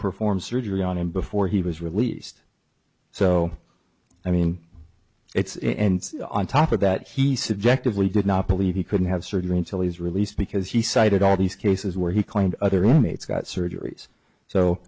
perform surgery on him before he was released so i mean it's and on top of that he subjectively did not believe he couldn't have surgery until his release because he cited all these cases where he claimed other inmates got surgeries so